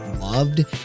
loved